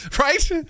Right